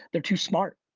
they're too smart.